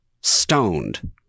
stoned